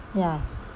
ya